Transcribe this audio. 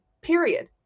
period